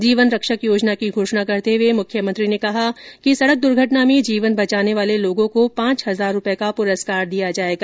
जीवन रक्षक योजना की घोषणा करते हुए मुख्यमंत्री ने कहा कि सड़क दुर्घटना में जीवन बचाने वाले लोगों को पांच हजार रूपए का पुरस्कार दिया जाएगा